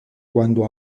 cuando